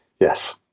Yes